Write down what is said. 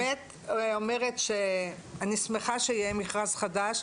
אז אני באמת אומרת שאני שמחה שיהיה מכרז חדש,